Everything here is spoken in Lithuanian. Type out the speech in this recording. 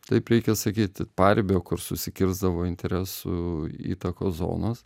taip reikia sakyti paribio kur susikirsdavo interesų įtakos zonos